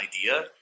idea